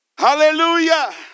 Hallelujah